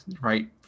right